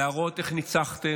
להראות איך ניצחתם,